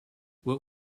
what